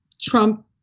Trump